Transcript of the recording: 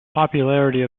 popularity